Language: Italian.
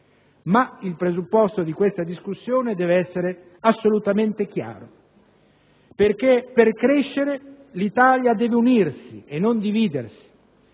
Ma il presupposto di questa discussione deve essere assolutamente chiaro, perché per crescere l'Italia deve unirsi e non dividersi